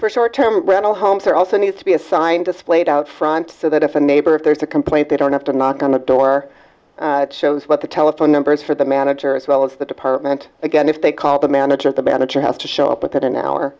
for short term rental homes there also needs to be a sign displayed out front so that if a neighbor if there's a complaint they don't have to knock on the door shows what the telephone numbers for the manager as well as the department again if they call the manager of the manager has to show up within an hour